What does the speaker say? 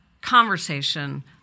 conversation